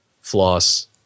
floss